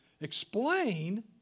explain